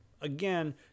again